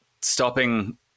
stopping